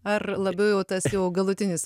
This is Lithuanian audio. ar labiau jau tas galutinis